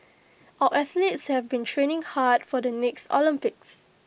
our athletes have been training hard for the next Olympics